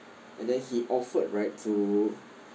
and then he offered right to